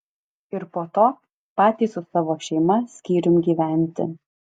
ir po to patys su savo šeima skyrium gyventi